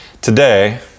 today